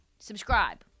Subscribe